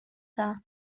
her